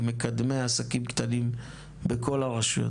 עם מקדמי עסקים קטנים בכל הרשויות.